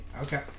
Okay